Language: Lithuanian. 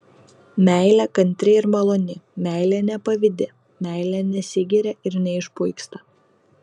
meilė kantri ir maloni meilė nepavydi meilė nesigiria ir neišpuiksta